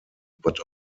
but